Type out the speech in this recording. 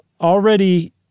already